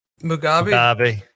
Mugabe